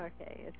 Okay